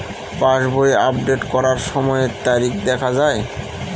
পাসবই update করার সময়ে তারিখ দেখা য়ায়?